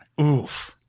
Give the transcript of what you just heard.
Oof